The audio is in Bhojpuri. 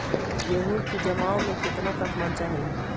गेहू की जमाव में केतना तापमान चाहेला?